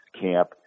camp